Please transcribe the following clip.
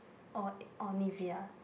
or or Nivea